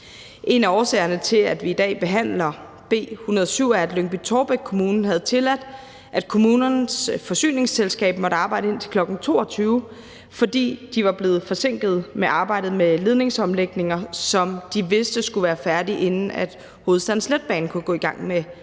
En af årsagerne til, at vi i dag behandler B 107, er, at Lyngby Taarbæk Kommune havde tilladt, at kommunens forsyningsselskab måtte arbejde indtil kl. 22.00, fordi de var blevet forsinket med arbejdet med ledningsomlægninger, som de vidste skulle være færdigt, inden Hovedstadens Letbane kunne gå i gang med